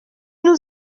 nous